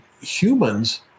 humans